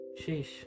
sheesh